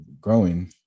growing